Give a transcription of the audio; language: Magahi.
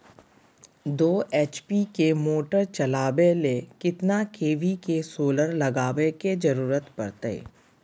दो एच.पी के मोटर चलावे ले कितना के.वी के सोलर लगावे के जरूरत पड़ते?